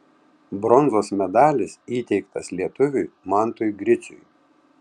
bronzos medalis įteiktas lietuviui mantui griciui